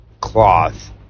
cloth